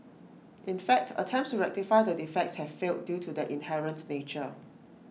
in fact attempts to rectify the defects have failed due to their inherent nature